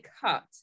cut